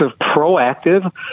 proactive